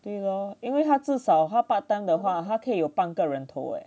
对 lor 因为它至少他 part time 的话他可以有半个人头诶